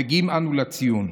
מגיעים אנו לציון.